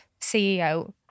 CEO